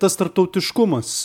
tas tarptautiškumas